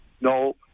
No